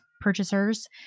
purchasers